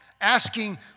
asking